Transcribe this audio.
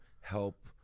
help